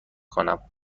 کنم